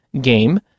game